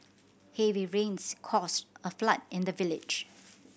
heavy rains caused a flood in the village